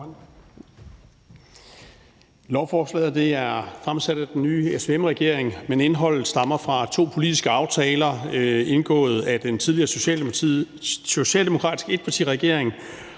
Lovforslaget er fremsat af den nye SVM-regering, men indholdet stammer fra to politiske aftaler indgået af den tidligere socialdemokratiske etpartiregering,